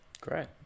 Great